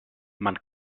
man